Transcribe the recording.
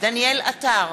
דניאל עטר,